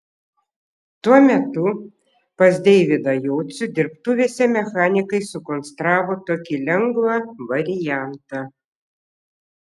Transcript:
tuo metu pas deividą jocių dirbtuvėse mechanikai sukonstravo tokį lengvą variantą